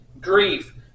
Grief